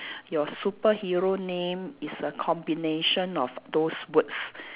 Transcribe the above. your superhero name is a combination of those words